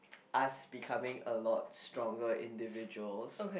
us become a lot stronger individuals